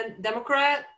Democrat